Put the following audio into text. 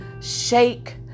shake